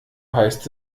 heißt